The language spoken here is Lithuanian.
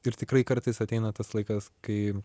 ir tikrai kartais ateina tas laikas kai